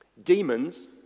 Demons